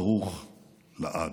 ברוך לעד.